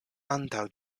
antaŭ